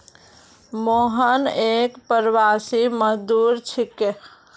मोहन एक प्रवासी मजदूर छिके